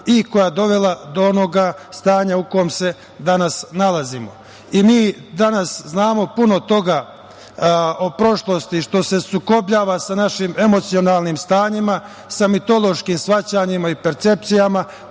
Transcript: i koja je dovela do onog stanja u kome se danas nalazimo. Mi danas znamo puno toga o prošlosti što se sukobljava sa našim emocionalnim stanjima, sa mitološkim shvatanjima i percepcijama,